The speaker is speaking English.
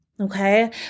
okay